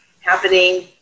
happening